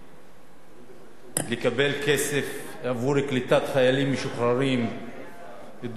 לקבל כסף עבור קליטת חיילים משוחררים דרוזים,